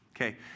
Okay